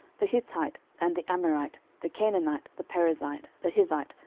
the hittite, and the amorite, the canaanite, the perizzite, the hivite,